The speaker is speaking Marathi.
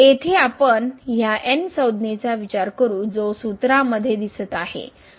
येथे आपण येथे ह्या n संज्ञेचा विचार करू जो सूत्रामध्ये दिसत आहे